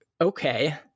okay